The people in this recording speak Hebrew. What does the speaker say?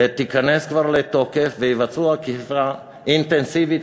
תיכנס כבר לתוקף ותיווצר אכיפה אינטנסיבית,